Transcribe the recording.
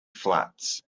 flats